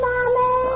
Mommy